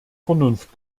vernunft